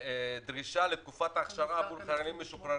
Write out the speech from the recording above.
לדרישה של תקופת אכשרה עבור חיילים משוחררים.